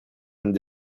and